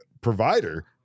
provider